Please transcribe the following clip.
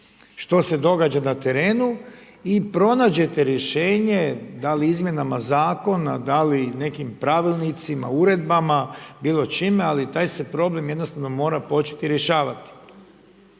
što se događa na terenu i pronađete rješenje, dal' izmjenama Zakona, dali nekim Pravilnicima, Uredbama, bilo čime, ali taj se problem jednostavno mora početi rješavati.